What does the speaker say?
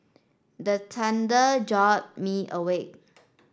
the thunder jolt me awake